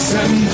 Send